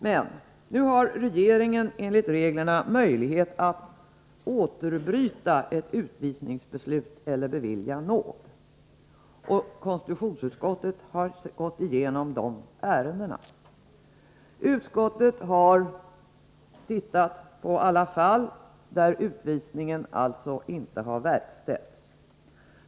Men enligt reglerna har regeringen möjlighet att återbryta ett utvisningsbeslut eller bevilja nåd. Konstitutionsutskottet har granskat dessa ärenden och studerat alla fall där utvisning inte har verkställts.